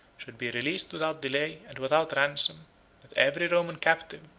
should be released without delay, and without ransom that every roman captive,